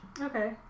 Okay